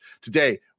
Today